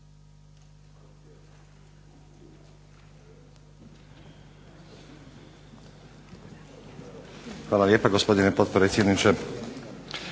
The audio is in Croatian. vam lijepa, gospodine potpredsjedniče.